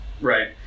right